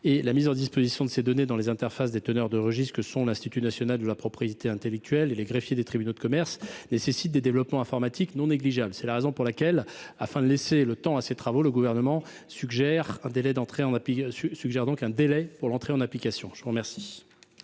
la mise à disposition de ces données dans les interfaces des teneurs de registre que sont l’Institut national de la propriété industrielle/intellectuelle (Inpi) et les greffiers des tribunaux de commerce nécessite des développements informatiques non négligeables. C’est la raison pour laquelle, afin de laisser le temps nécessaire pour accomplir ces travaux, le Gouvernement suggère un délai à l’entrée en application. Quel